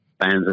fans